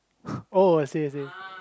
oh I see I see